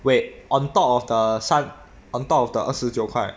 wait on top of the 三 on top of the 二十九块